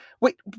Wait